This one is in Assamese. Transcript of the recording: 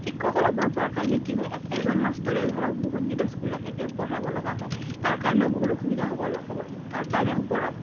শিক্ষকৰ অভাৱ হোৱাৰ কাৰণে কি হয় এক এজন মাষ্টৰে ধৰক বহুতকেইটা স্কুলক একে পঢ়াব লগা হয় তাৰ কাৰণেও বহুত অসুবিধা হ'বলে হয় আৰু তাৰে ওপৰত